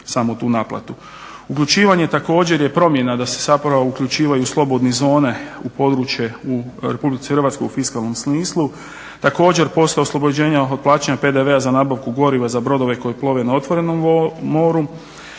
uključivaju u područje slobodne zone u područje u RH u fiskalnom smislu. Također posao oslobođenja od plaćanja PDV-a za nabavku goriva za brodove koji plove na otvorenom moru